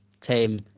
team